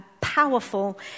powerful